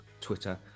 twitter